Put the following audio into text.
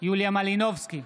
יוליה מלינובסקי,